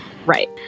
Right